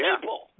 people